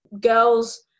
Girls